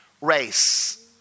race